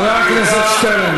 חבר הכנסת שטרן.